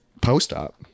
post-op